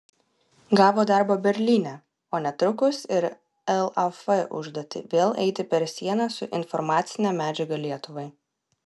gavo darbo berlyne o netrukus ir laf užduotį vėl eiti per sieną su informacine medžiaga lietuvai